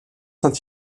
saint